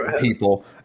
People